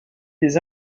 des